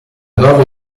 nuova